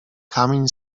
kamień